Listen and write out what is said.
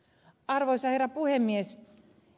arvoisa herra puhemies